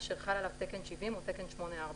אשר חל עליו תקן 70 או תקן 844,